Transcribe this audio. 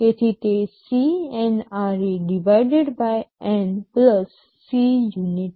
તેથી તે CNRE N Cunit